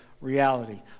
reality